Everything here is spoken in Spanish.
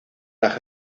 las